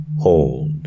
Hold